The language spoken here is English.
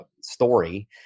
story